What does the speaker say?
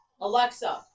Alexa